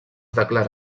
declara